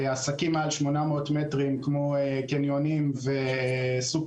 עסקים מעל 800 מטרים כמו קניונים וסופרים